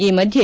ಈ ಮಧ್ಯೆ